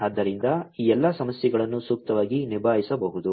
ಆದ್ದರಿಂದ ಈ ಎಲ್ಲಾ ಸಮಸ್ಯೆಗಳನ್ನು ಸೂಕ್ತವಾಗಿ ನಿಭಾಯಿಸಬಹುದು